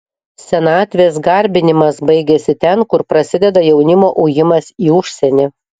senatvės garbinimas baigiasi ten kur prasideda jaunimo ujimas į užsienį